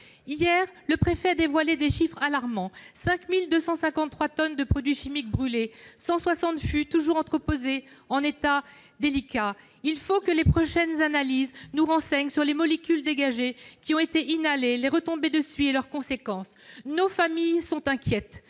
hier, le préfet a dévoilé des chiffres alarmants : 5 253 tonnes de produits chimiques ont été brûlées et 160 fûts sont toujours entreposés, dans un état délicat. Il faut que les prochaines analyses nous renseignent sur les molécules dégagées qui ont été inhalées, les retombées de suie et leurs conséquences ! Nos familles sont inquiètes.